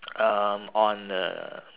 um on uh